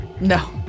no